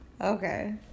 Okay